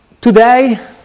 today